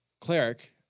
Cleric